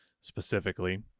specifically